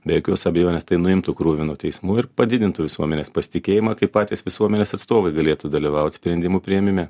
be jokios abejonės tai nuimtų kruvį nuo teismų ir padidintų visuomenės pasitikėjimą kaip patys visuomenės atstovai galėtų dalyvaut sprendimų priėmime